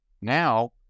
Now